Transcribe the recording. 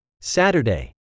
Saturday